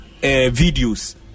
videos